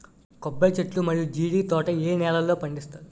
కొబ్బరి చెట్లు మరియు జీడీ తోట ఏ నేలల్లో పండిస్తారు?